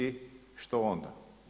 I što onda?